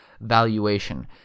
valuation